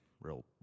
Real